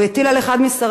הוא הטיל על אחד משריו,